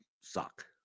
suck